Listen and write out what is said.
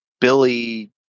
Billy